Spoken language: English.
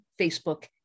Facebook